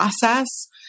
process